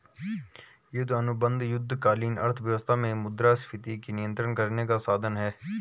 युद्ध अनुबंध युद्धकालीन अर्थव्यवस्था में मुद्रास्फीति को नियंत्रित करने का साधन हैं